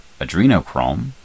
adrenochrome